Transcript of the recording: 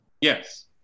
Yes